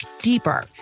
deeper